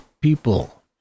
people